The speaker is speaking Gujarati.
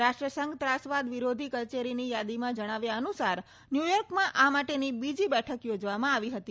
રાષ્ટ્રસંઘ ત્રાસવાદ વિરોધી કચેરીની યાદીમાં જણાવ્યા અનુસાર ન્યૂયોર્કમાં આ માટેની બીજી બેઠક યોજવામાં આવી હતી